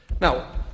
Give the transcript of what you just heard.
Now